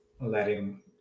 letting